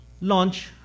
launch